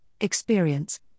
experience